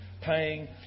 paying